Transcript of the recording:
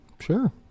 Sure